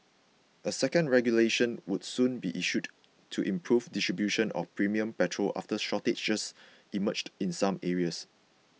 a second regulation would soon be issued to improve distribution of premium petrol after shortages emerged in some areas